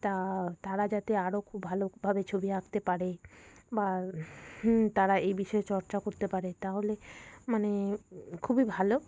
তা তারা যাতে আরও খুব ভালোভাবে ছবি আঁকতে পারে বা তারা এই বিষয়ে চর্চা করতে পারে তাহলে মানে খুবই ভালো